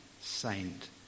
saint